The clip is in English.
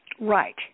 Right